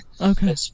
Okay